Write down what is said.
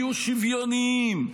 יהיו שוויוניים,